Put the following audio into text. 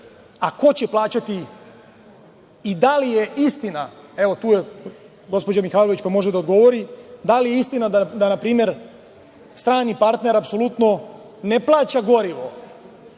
A ko će plaćati i da li je istina, evo tu je gospođa Mihajlović pa može da odgovori, da li je istina da na primer strani partner apsolutno ne plaća gorivo